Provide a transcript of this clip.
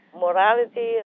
morality